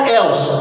else